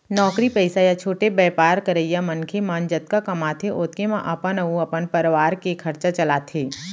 नौकरी पइसा या छोटे बयपार करइया मनखे मन जतका कमाथें ओतके म अपन अउ अपन परवार के खरचा चलाथें